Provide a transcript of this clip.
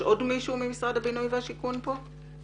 יש עוד מישהו ממשרד הבינוי והשיכון פה?